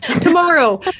Tomorrow